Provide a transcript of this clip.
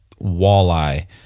walleye